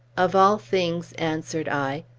of all things, answered i,